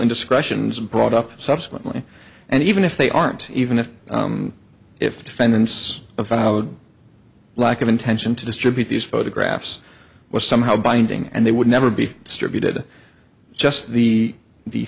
indiscretions brought up subsequently and even if they aren't even if the defendants about how the lack of intention to distribute these photographs was somehow binding and they would never be distributed just the the